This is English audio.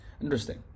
interesting